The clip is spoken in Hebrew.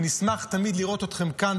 ונשמח תמיד לראות אתכם כאן,